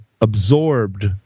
absorbed